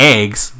Eggs